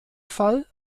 fall